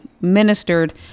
ministered